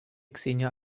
xenia